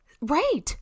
Right